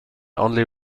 only